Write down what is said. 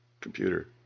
computer